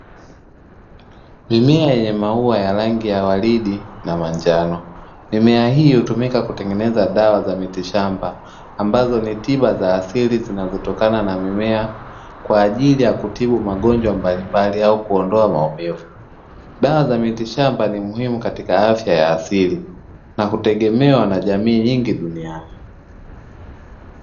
Mimea yenye maua ya rangi ya waridi na manjano. Mimea hii hutumika kutengeneza dawa za mitishamba, ambazo ni tiba za asili zinazotokana na mimea kwa ajili ya kutibu magonjwa mbalimbali au kuondoa maumivu. Dawa za mitishamba ni muhimu katika afya ya asili nakutegemewa na jamii nyingi duniani.